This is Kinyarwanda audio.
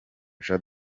jean